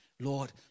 Lord